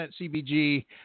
CBG